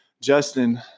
Justin